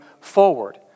forward